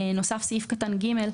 נוסף סעיף קטן (ג),